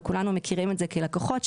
וכולנו מכירים את זה כלקוחות,